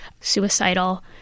suicidal